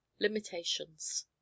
Limitations